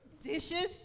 Dishes